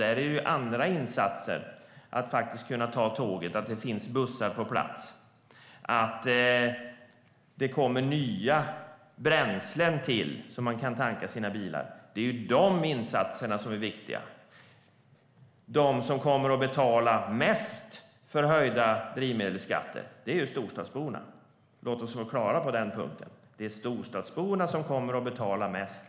Där handlar det om andra insatser, som att man ska kunna tåget, att det finns bussar på plats och att det tillkommer nya bränslen som man kan tanka sina bilar med. Det är dessa insatser som är viktiga. De som kommer att betala mest för höjda drivmedelsskatter är storstadsborna. Låt oss vara klara på den punkten. Det är storstadsborna som kommer att betala mest.